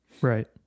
right